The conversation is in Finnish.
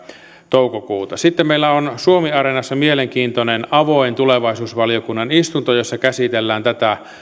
toukokuuta sitten meillä on suomiareenassa mielenkiintoinen avoin tulevaisuusvaliokunnan istunto jossa käsitellään tätä